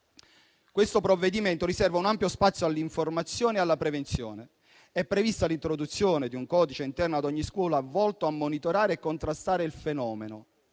Questo provvedimento riserva un ampio spazio all'informazione e alla prevenzione. È prevista l'introduzione di un codice interno ad ogni scuola, volto a monitorare e contrastare il fenomeno.